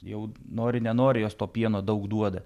jau nori nenori jos to pieno daug duoda